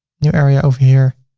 new area over here.